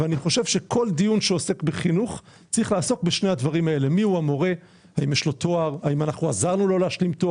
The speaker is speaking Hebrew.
וזה הסיפור של החינוך המיוחד במוכר שאינו רשמי בחברה